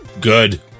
Good